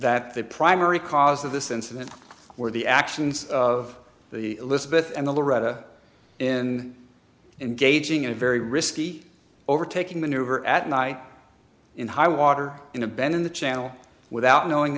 that the primary cause of this incident or the actions of the elizabeth and the loretta in engaging in a very risky overtaking maneuver at night in high water in a bend in the channel without knowing